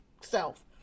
self